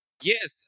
Yes